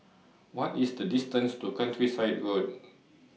What IS The distance to Countryside Road